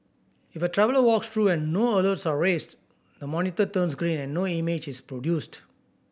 if a traveller walks through and no alerts are raised the monitor turns green and no image is produced